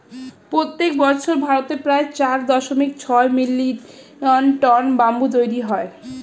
প্রত্যেক বছর ভারতে প্রায় চার দশমিক ছয় মিলিয়ন টন ব্যাম্বু তৈরী হয়